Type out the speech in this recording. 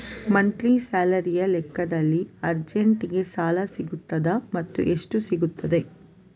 Monthly ಸ್ಯಾಲರಿಯ ಲೆಕ್ಕದಲ್ಲಿ ಅರ್ಜೆಂಟಿಗೆ ಸಾಲ ಸಿಗುತ್ತದಾ ಮತ್ತುಎಷ್ಟು ಸಿಗುತ್ತದೆ?